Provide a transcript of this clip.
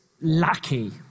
lackey